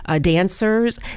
dancers